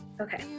okay